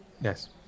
Yes